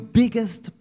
biggest